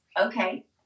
Okay